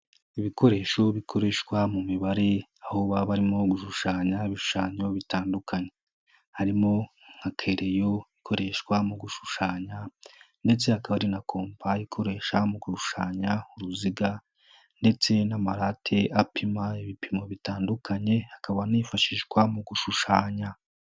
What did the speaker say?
Ibikoresho bikoreshwa mu mibare aho baba barimo gushushanya ibishushanyo bitandukanye. Harimo nka kereyo ikoreshwa mu gushushanya ndetse hakaba ari na kompa ikoresha mu gushushanya uruziga ndetse n'amarate apima ibipimo bitandukanye, hakaba anifashishwa mu gushushanya.